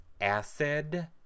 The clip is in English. Acid